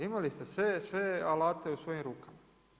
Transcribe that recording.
Imali ste sve alate u svojim rukama.